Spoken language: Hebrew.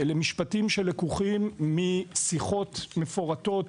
אלה משפטים שלקוחים משיחות מפורטות,